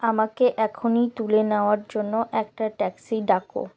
আমাকে এখনই তুলে নেওয়ার জন্য একটা ট্যাক্সি ডাকো